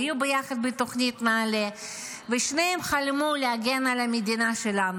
היו ביחד בתוכנית נעלה ,ושניהם חלמו להגן על המדינה שלנו.